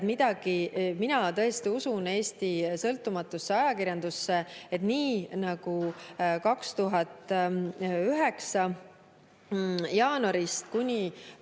ei ole. Mina tõesti usun Eesti sõltumatusse ajakirjandusse. Nii nagu 2009 jaanuarist kuni